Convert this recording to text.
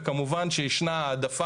וכמובן שישנה העדפה,